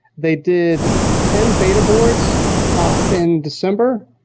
they did ten beta boards in december.